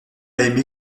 aimée